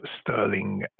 sterling